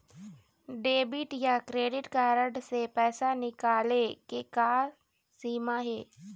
Debit या credit card से पैसा निकाले के का सीमा हे?